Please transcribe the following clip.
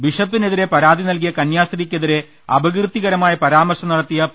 ബിഷപ്പിനെതിരെ പരാതി നൽകിയ കന്യാസ്ത്രീക്കെതിരെ അപ കീർത്തികരമായ പരാമർശം നടത്തിയ പി